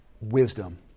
wisdom